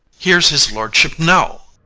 here's his lordship now.